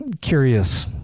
curious